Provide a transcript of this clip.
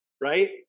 Right